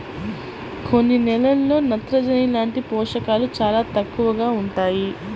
కొన్ని నేలల్లో నత్రజని లాంటి పోషకాలు చాలా తక్కువగా ఉంటాయి